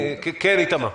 כן, איתמר.